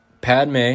Padme